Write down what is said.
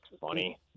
funny